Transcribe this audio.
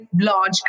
large